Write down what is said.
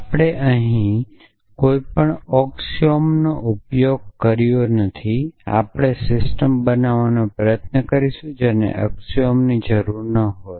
આપણે અહીં કોઈપણ એક્સિઓમનો ઉપયોગ કર્યો નથી તેથી આપણે સિસ્ટમ બનાવવાનો પ્રયાસ કરીશું જેને એક્સિઓમની જરૂર ન હોય